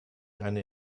eine